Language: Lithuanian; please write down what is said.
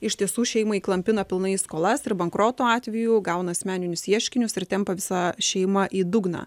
iš tiesų šeimą įklampina pilnai į skolas ir bankroto atveju gauna asmeninius ieškinius ir tempia visą šeimą į dugną